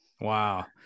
wow